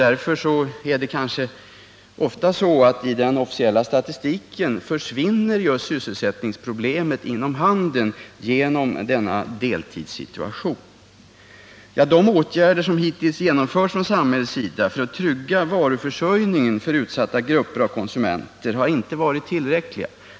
Därför är det kanske ofta så att just sysselsättningsproblemet inom handeln genom denna deltidssituation försvinner i den officiella statistiken. De åtgärder från samhällets sida som hittills genomförts för att trygga varuförsörjningen för utsatta grupper av konsumenter har inte varit tillräckliga.